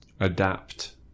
adapt